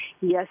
yes